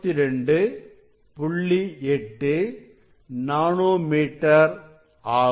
8 nano metre ஆகும்